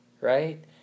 right